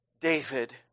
David